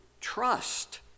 Trust